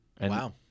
Wow